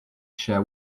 chair